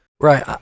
Right